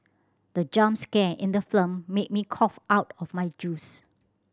the jump scare in the made me cough out my juice